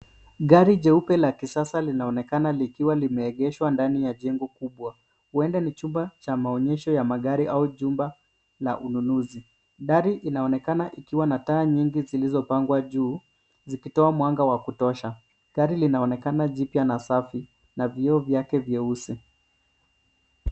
Gari jeupe la kisasa linaonekana likiwa limeegeshwa ndani ya jengo kubwa. Huenda ni chumba cha maonyesho ya magari au jumba la ununuzi. Dari inaonekana ikiwa na taa nyingi zilizopangwa juu, zikitoa mwanga wa kutosha. Gari linaonekana jipya na safi, na vioo vyake vyeusi .